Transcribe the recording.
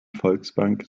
volksbank